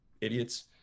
idiots